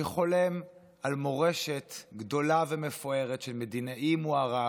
שחולם על מורשת גדולה ומפוארת של מדינאי מוערך,